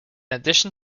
addition